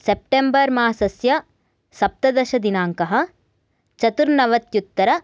September मासस्य सप्तदशदिनाङ्कः चतुर्नवत्युत्तर